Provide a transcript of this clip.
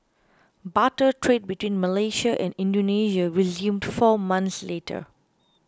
barter trade between Malaysia and Indonesia resumed four months later